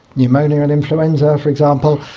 pneumonia and influenza for example,